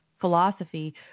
philosophy